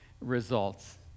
results